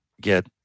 get